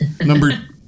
Number